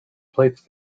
replace